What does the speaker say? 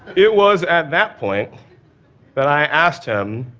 it was at that point that i asked him,